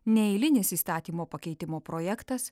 ne eilinis įstatymo pakeitimo projektas